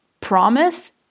promise